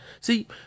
see